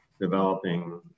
developing